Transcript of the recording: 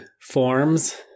forms